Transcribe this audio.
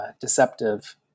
deceptive